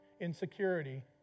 insecurity